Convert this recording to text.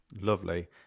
lovely